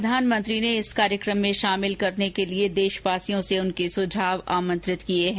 प्रधानमंत्री ने इस कार्यक्रम में शामिल करने के लिए देशवासियों से उनके सुझाव आमंत्रित किए हैं